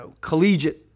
collegiate